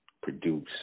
produce